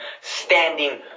standing